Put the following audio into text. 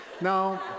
No